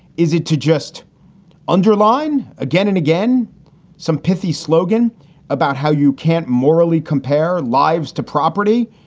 is it to just underline again and again some pithy slogan about how you can't morally compare lives to property,